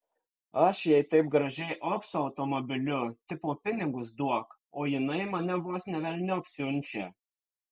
aš jai taip gražiai op su automobiliu tipo pinigus duok o jinai mane vos ne velniop siunčia